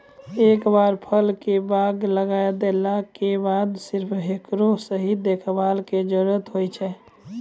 एक बार फल के बाग लगाय देला के बाद सिर्फ हेकरो सही देखभाल के जरूरत होय छै